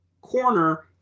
corner